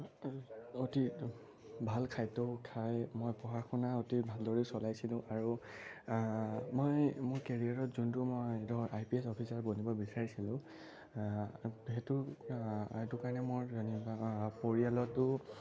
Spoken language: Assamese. অতি ভাল খাদ্যও খাই মই পঢ়া শুনা অতি ভালদৰে চলাইছিলোঁ আৰু মই মোৰ কেৰিয়াৰত যোনটো মই ধৰ আই পি এছ অফিচাৰ বনিব বিচাৰিছিলোঁ সেইটো সেইটোৰ কাৰণে মোৰ যেনিবা পৰিয়ালতো